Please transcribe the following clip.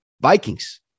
Vikings